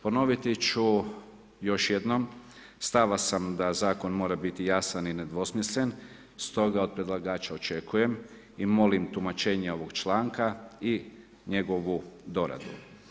Ponoviti ću još jednom, stava sam da zakon mora biti jasan i nedvosmislen, stoga od predlagača očekujem i molim tumačenje ovog članka i njegovu doradu.